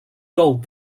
gold